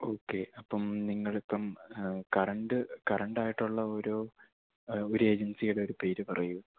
okay അപ്പം നിങ്ങളിപ്പം current കറൻറ്റായിട്ടുള്ള ഒരു ഒരു ഏജൻസിയുടെ ഒരു പേര് പറയു